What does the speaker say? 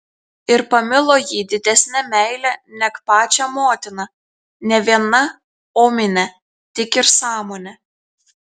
ir pamilo jį didesne meile neg pačią motiną ne viena omine tik ir sąmone